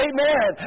Amen